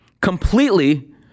completely